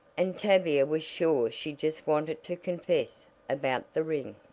and tavia was sure she just wanted to confess about the ring.